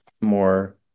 more